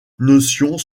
notions